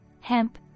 hemp